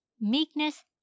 meekness